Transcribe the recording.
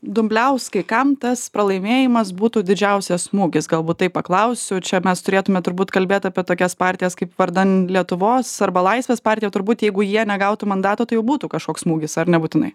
dumbliauskai kam tas pralaimėjimas būtų didžiausias smūgis galbūt taip paklausiu čia mes turėtumėme turbūt kalbėt apie tokias partijas kaip vardan lietuvos arba laisvės partija turbūt jeigu jie negautų mandato tai jau būtų kažkoks smūgis ar nebūtinai